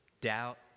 doubt